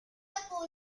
sepultado